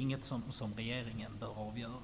inget som regeringen bör avgöra.